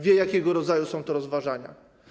Wie, jakiego rodzaju są to rozważania.